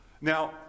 Now